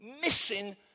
missing